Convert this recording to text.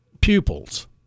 pupils